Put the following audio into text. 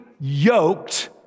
yoked